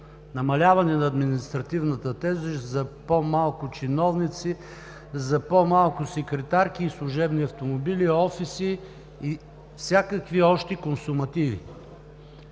намаляване на административната тежест, за по-малко чиновници, за по-малко секретарки и служебни автомобили, офиси и всякакви още консумативи?!